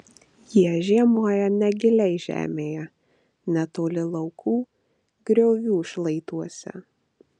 jie žiemoja negiliai žemėje netoli laukų griovių šlaituose